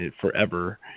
forever